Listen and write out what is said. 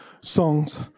songs